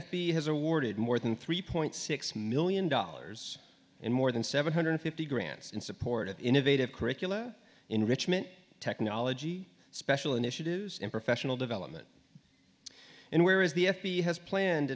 i has awarded more than three point six million dollars in more than seven hundred fifty grants in support of innovative curricula enrichment technology special initiatives in professional development and where is the f b i has planned